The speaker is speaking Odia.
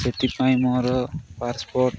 ସେଥିପାଇଁ ମୋର ପାସ୍ପୋର୍ଟ